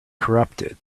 corrupted